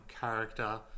character